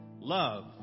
love